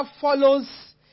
follows